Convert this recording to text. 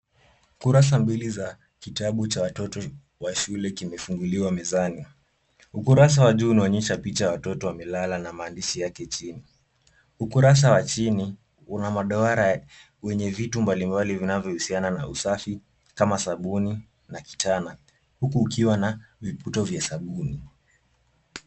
Kurasa mbili za kitabu cha watoto wa shule kimefunguliwa mezani. Ukurasa wa juu unaonyesha picha ya watoto wamelala na maandishi yake chini. Ukurasa wa chini una maduara wenye vitu mbalimbali vinayohusiana na usafi kama sabuni na kichana huku ukiwa na viputo vya sabuni.